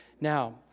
Now